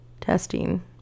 testing